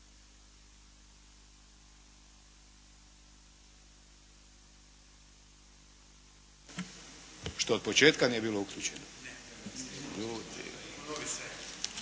Šta od početka nije bilo uključeno?